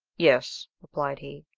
yes, replied he.